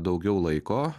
daugiau laiko